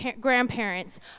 grandparents